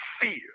fear